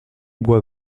bois